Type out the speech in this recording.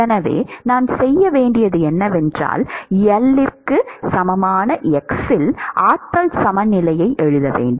எனவே நான் செய்ய வேண்டியது என்னவென்றால் L க்கு சமமான x இல் ஆற்றல் சமநிலையை எழுத வேண்டும்